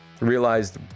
realized